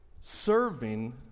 Serving